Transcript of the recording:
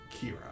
Kira